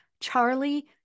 Charlie